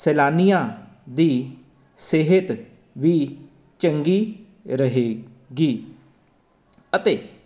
ਸੈਲਾਨੀਆਂ ਦੀ ਸਿਹਤ ਵੀ ਚੰਗੀ ਰਹੇਗੀ ਅਤੇ